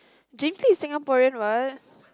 James-Lee is Singaporean what